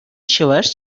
чӑваш